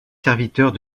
serviteurs